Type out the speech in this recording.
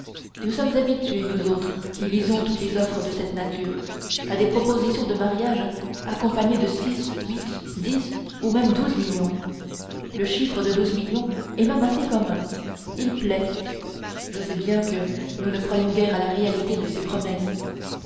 nous sommes habitués nous autres qui lisons toutes les offres de cette nature à des propositions de mariage accompagnées de six huit dix ou même douze millions le chiffre de douze millions est même assez commun il plaît je sais bien que nous ne croyons guère à la réalité de ces promesses